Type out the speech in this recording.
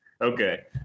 Okay